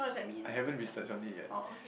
I haven't researched on it yet